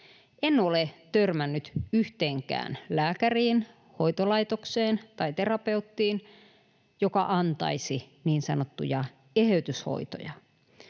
En ole törmännyt yhteenkään lääkäriin, hoitolaitokseen tai terapeuttiin, joka antaisi niin sanottuja eheytyshoitoja.